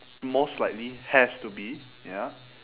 most likely has to be ya